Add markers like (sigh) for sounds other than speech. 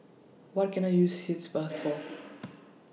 What Can I use Sitz Bath (noise) For